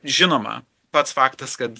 žinoma pats faktas kad